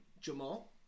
Jamal